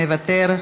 מוותר,